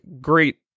great